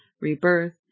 rebirth